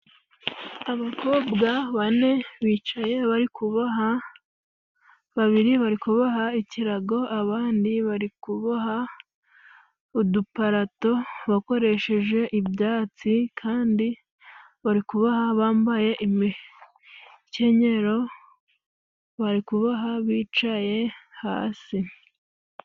Abakobwa bane bicaye bari kuboha; babiri bari kuboha ikirago, abandi bari kuboha uduparato bakoresheje ibyatsi kandi bari kuboha bambaye imikenyero, bari kuboha bicaye hasi.